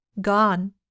Gone